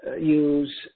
use